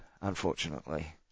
Unfortunately